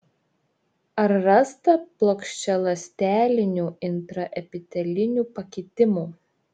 ar rasta plokščialąstelinių intraepitelinių pakitimų